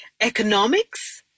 economics